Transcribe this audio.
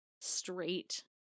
straight